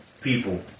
people